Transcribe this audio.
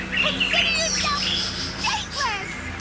consider yourself dateless!